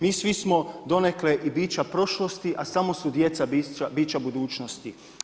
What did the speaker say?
Mi svi smo donekle i bića prošlosti a samo su djeca bića budućnosti.